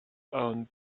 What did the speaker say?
own